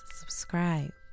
subscribe